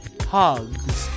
Hugs